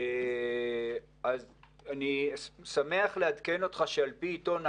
אגף המודיעין וצה"ל תיק מסודר של